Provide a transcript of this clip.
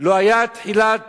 לא היתה תחילת